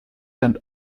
and